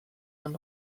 and